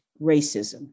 racism